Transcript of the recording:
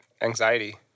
anxiety